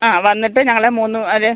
ആ വന്നിട്ട് ഞങ്ങൾ മൂന്ന് പേർ